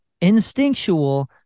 instinctual